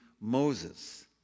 Moses